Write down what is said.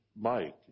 Mike